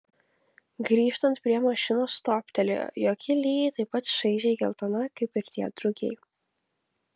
grįžtant prie mašinos toptelėjo jog ji lygiai taip pat šaižiai geltona kaip ir tie drugiai